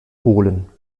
holen